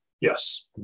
Yes